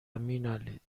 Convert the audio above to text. مینالید